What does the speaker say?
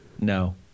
No